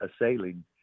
assailing